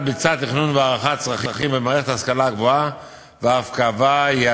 אני משתעל כתשובה, השר רחבעם זאבי.